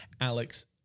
Alex